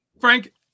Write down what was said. Frank